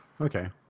Okay